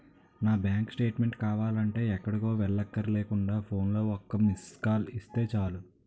నా bank statement కావాలంటే ఎక్కడికో వెళ్ళక్కర్లేకుండా ఫోన్లో ఒక్క మిస్కాల్ ఇస్తే చాలు